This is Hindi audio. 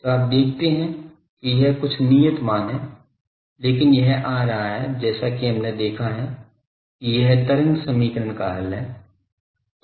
तो आप देखते हैं कि यह कुछ नियत मान है लेकिन यह आ रहा है जैसा कि हमने देखा है कि यह तरंग समीकरण का हल है